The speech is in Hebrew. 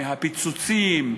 מהפיצוצים,